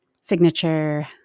signature